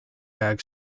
bag